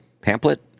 Pamphlet